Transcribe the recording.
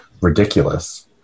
ridiculous